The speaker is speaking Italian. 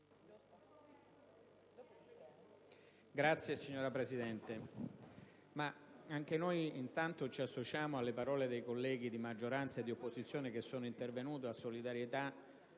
Signora Presidente, anche noi ci associamo alle parole dei colleghi di maggioranza e di opposizione che sono intervenuti per esprimere